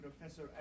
Professor